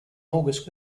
august